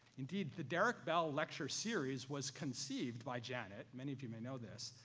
indeed, the derrick bell lecture series was conceived by janet, many of you may know this,